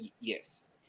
Yes